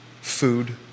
food